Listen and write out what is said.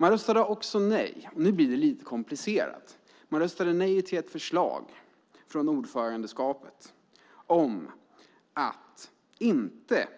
Man röstade också nej, och nu blir det lite komplicerat, till ett förslag från ordförandeskapet om att inte